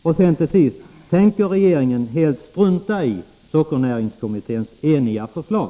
Till sist: Tänker regeringen helt strunta i sockernäringskommitténs eniga förslag?